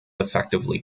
effectively